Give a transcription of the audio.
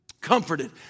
Comforted